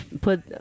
put